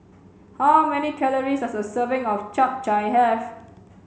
how many calories does a serving of chap chai have